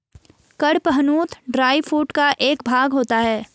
कड़पहनुत dry food का एक भाग होता है